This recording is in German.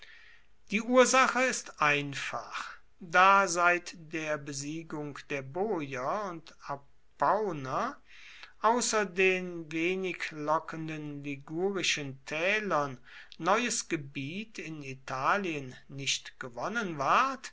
die ursache ist einfach da seit der besiegung der boier und apuaner außer den wenig lockenden ligurischen tälern neues gebiet in italien nicht gewonnen ward